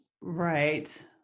Right